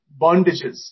bondages